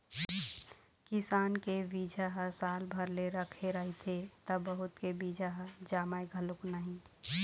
किसान के बिजहा ह साल भर ले रखाए रहिथे त बहुत के बीजा ह जामय घलोक नहि